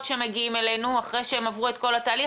שמגיעים אלינו אחרי שהם עברו את כל התהליך.